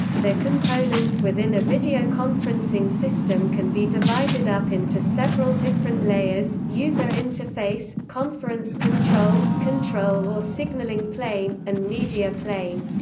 the components within a videoconferencing system can be divided up into several different layers user interface, conference control, control or signaling plane, and media plane.